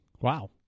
Wow